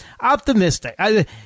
optimistic